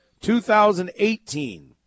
2018